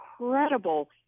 incredible